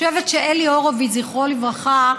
אני חושבת שאלי הורביץ, זכרו לברכה,